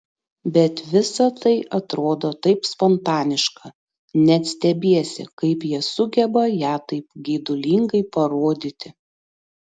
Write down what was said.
bet visa tai atrodo taip spontaniška net stebiesi kaip jie sugeba ją taip geidulingai parodyti